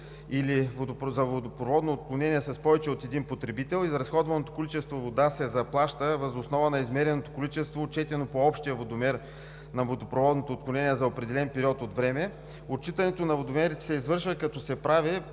с водопроводно отклонение с повече от един потребител, изразходваното количество вода се заплаща въз основа на измереното количество, отчетено по общия водомер на водопроводното отклонение за определен период от време. Отчитането на водомерите се извършва, като се прави